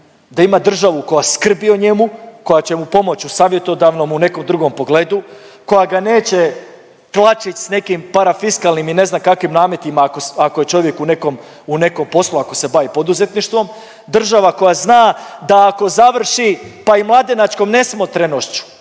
da ima državu koja skrbi o njemu, koja će mu pomoći u savjetodavnom, u nekom drugom pogledu, koja ga neće tlačit sa nekim parafiskalnim i ne znam kakvim nametima ako je čovjek u nekom poslu, ako se bavi poduzetništvom. Država koja zna da ako završi pa i mladenačkom nesmotrenošću